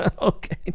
Okay